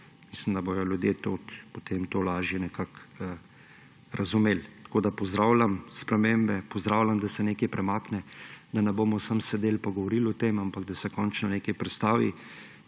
Mislim, da bodo ljudje tudi potem to lažje nekako razumeli. Tako pozdravljam spremembe, pozdravljam, da se nekaj premakne, da ne bomo samo sedeli in govorili o tem, ampak da se končno nekaj prestavi.